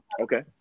Okay